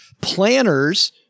Planners